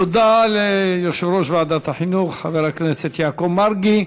תודה ליושב-ראש ועדת החינוך חבר הכנסת יעקב מרגי.